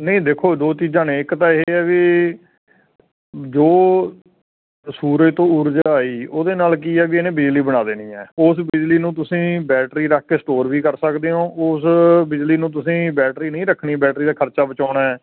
ਨਹੀਂ ਦੇਖੋ ਦੋ ਚੀਜ਼ਾਂ ਨੇ ਇੱਕ ਤਾਂ ਇਹ ਹੈ ਵੀ ਜੋ ਸੂਰਜ ਤੋਂ ਊਰਜਾ ਆਈ ਉਹ ਦੇ ਨਾਲ ਕੀ ਹੈ ਵੀ ਇਹਨੇ ਬਿਜਲੀ ਬਣਾ ਦੇਣੀ ਹੈ ਉਸ ਬਿਜਲੀ ਨੂੰ ਤੁਸੀਂ ਬੈਟਰੀ ਰੱਖ ਕੇ ਸਟੋਰ ਵੀ ਕਰ ਸਕਦੇ ਹੋ ਉਸ ਬਿਜਲੀ ਨੂੰ ਤੁਸੀਂ ਬੈਟਰੀ ਨਹੀਂ ਰੱਖਣੀ ਬੈਟਰੀ ਦਾ ਖ਼ਰਚਾ ਬਚਾਉਣਾ ਹੈ